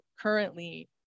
currently